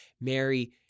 Mary